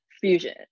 fusion